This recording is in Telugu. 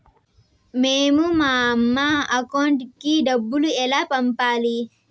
మేము మా అమ్మ అకౌంట్ కి డబ్బులు ఎలా పంపాలి